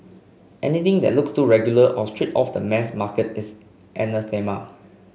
anything that looks too regular or straight off the mass market is anathema